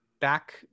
back